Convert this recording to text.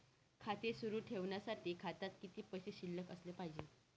खाते सुरु ठेवण्यासाठी खात्यात किती पैसे शिल्लक असले पाहिजे?